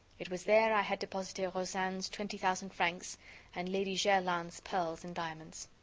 it was there i had deposited rozaine's twenty thousand francs and lady jerland's pearls and diamonds.